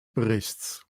berichts